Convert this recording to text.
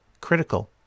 critical